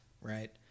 right